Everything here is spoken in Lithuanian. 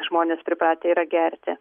žmonės pripratę yra gerti